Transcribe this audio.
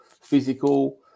physical